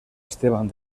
esteban